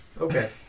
Okay